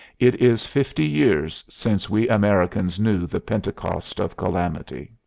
it is fifty years since we americans knew the pentecost of calamity.